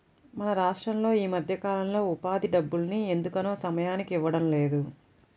మన రాష్టంలో ఈ మధ్యకాలంలో ఉపాధి పనుల డబ్బుల్ని ఎందుకనో సమయానికి ఇవ్వడం లేదు